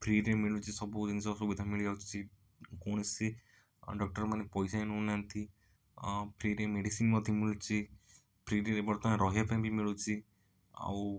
ଫ୍ରିରେ ମିଳୁଛି ସବୁ ଜିନିଷ ସୁବିଧା ମିଳିଯାଉଛି କୌଣସି ଡ଼କ୍ଟରମାନେ ପଇସା ହିଁ ନେଉ ନାହାନ୍ତି ଫ୍ରିରେ ମେଡ଼ିସିନ୍ ମଧ୍ୟ ମିଳୁଛି ଫ୍ରିରେ ବର୍ତ୍ତମାନ ରହିବା ପାଇଁ ବି ମିଳୁଛି ଆଉ